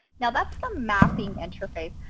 now that's the mapping interface.